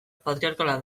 patriarkala